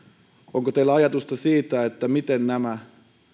onko teillä ajatusta siitä miten nämä